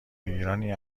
ایران، این